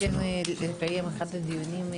אולי כן לקיים אחר כך דיונים.